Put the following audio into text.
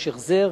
יש החזר.